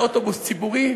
על אוטובוס ציבורי,